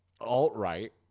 alt-right